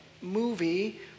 movie